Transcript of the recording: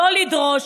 לא לדרוש,